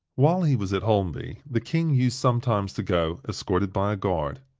while he was at holmby the king used sometimes to go, escorted by a guard,